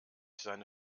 seine